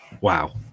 Wow